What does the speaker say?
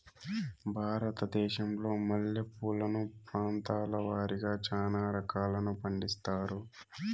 భారతదేశంలో మల్లె పూలను ప్రాంతాల వారిగా చానా రకాలను పండిస్తారు